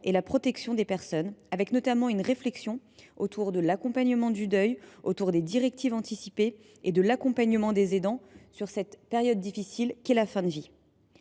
et la protection des personnes. Celle ci comprendra notamment une réflexion sur l’accompagnement du deuil, sur les directives anticipées et sur l’accompagnement des aidants dans cette période difficile qu’est la fin de vie.